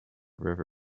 river